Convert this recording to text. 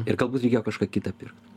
ir galbūt reikėjo kažką kitą pirkt